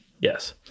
Yes